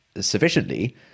sufficiently